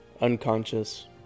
unconscious